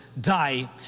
die